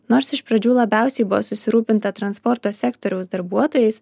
nors iš pradžių labiausiai buvo susirūpinta transporto sektoriaus darbuotojais